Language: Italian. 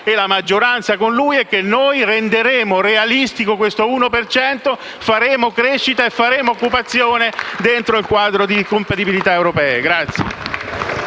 e la maggioranza con lui - è che noi renderemo realistico questo obiettivo. Faremo crescita e faremo occupazione dentro il quadro di competitività europeo.